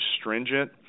stringent